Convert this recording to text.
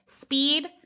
speed